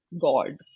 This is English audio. god